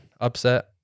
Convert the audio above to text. upset